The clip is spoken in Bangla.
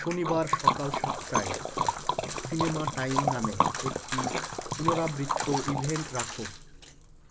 শনিবার সকাল সাতটায় সিনেমা টাইম নামে একটি পুনরাবৃত্ত ইভেন্ট রাখো